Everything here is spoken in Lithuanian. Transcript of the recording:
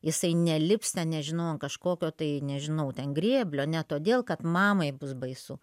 jisai nelips ten nežinau ant kažkokio tai nežinau ten grėblio ne todėl kad mamai bus baisu